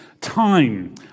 time